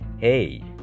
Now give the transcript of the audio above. hey